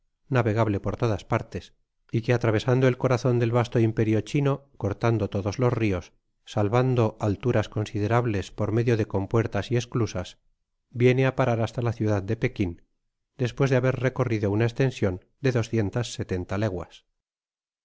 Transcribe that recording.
navegable por todas partes y que atravesando el corazon del vasto imperio chino cortando todos los rios salvando alturas considerables por medio de eompuertas y esclusas viene á parar hasta la ciudad de pekin despues de haber recorrido una estension de doscientas setenta leguas